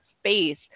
space